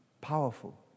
Powerful